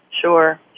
Sure